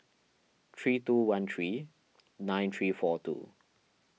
three two one three nine three four two